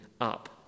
up